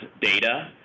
data